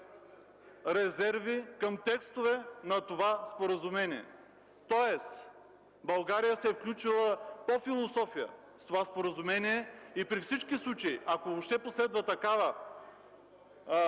резерви към текстове от това споразумение. Тоест, България се е включила по философия към това споразумение и при всички случаи, ако въобще последва такъв